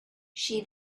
she